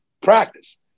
practice